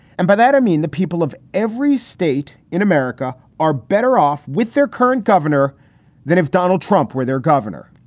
and by that i mean the people of every state in america are better off with their current governor than if donald trump were their governor.